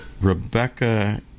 Rebecca